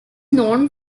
known